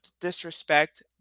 disrespect